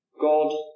God